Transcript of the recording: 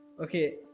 Okay